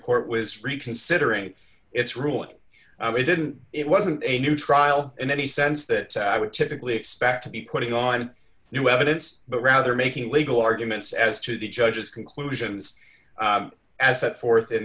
court was reconsidering its ruling it didn't it wasn't a new trial in any sense that i would typically expect to be putting on new evidence but rather making a legal arguments as to the judge's conclusions as set forth in